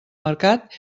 mercat